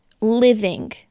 living